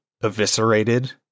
eviscerated